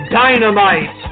dynamite